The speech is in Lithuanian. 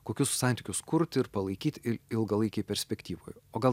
kokius santykius kurt ir palaikyt ilgalaikėj perspektyvoj o gal